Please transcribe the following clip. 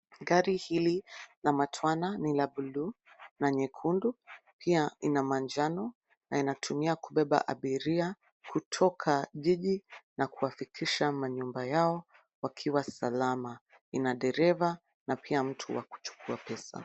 Gari hili la matwana ni la buluu na nyekundu, pia ina manjano na inatumia kubeba abiria kutoka jiji na kuwafikisha manyumba yao wakiwa salama. Ina dereva na pia mtu wa kuchukua pesa.